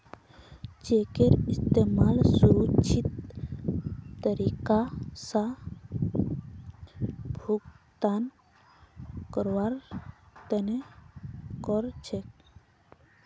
चेकेर इस्तमाल सुरक्षित तरीका स भुगतान करवार तने कर छेक